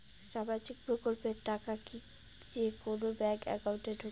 সামাজিক প্রকল্পের টাকা কি যে কুনো ব্যাংক একাউন্টে ঢুকে?